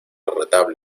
retablo